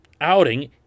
outing